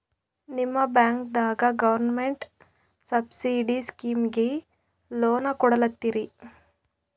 ನಿಮ ಬ್ಯಾಂಕದಾಗ government subsidy ಸ್ಕೀಮಿಗಿ ಲೊನ ಕೊಡ್ಲತ್ತೀರಿ?